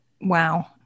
Wow